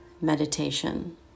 meditation